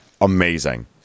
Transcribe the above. amazing